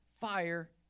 fire